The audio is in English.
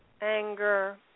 anger